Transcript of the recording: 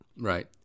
right